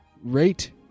rate